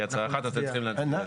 אתם צריכים להצביע על זה.